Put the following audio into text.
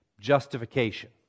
justification